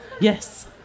Yes